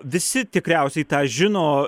visi tikriausiai tą žino